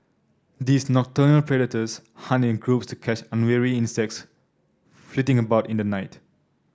these nocturnal predators hunted in groups to catch unwary insects flitting about in the night